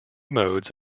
modes